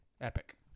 epic